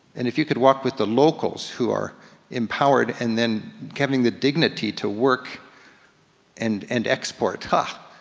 and if you could walk with the locals who are empowered and then having the dignity to work and and export. huh,